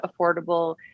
affordable